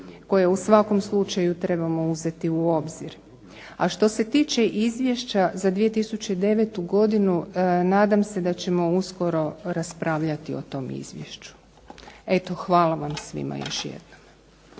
koje u svakom slučaju trebamo uzeti u obzir. A što se tiče izvješća za 2009. godinu nadam se da ćemo uskoro raspravljati o tom izvješću. Eto, hvala vam svima još jednom.